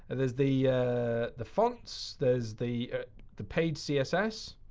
and there's the ah the fonts. there's the the page css